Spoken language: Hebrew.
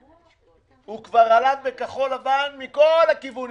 הוא כבר עלב בכחול לבן מכל הכיווניים.